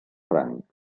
franc